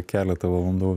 keletą valandų